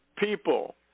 People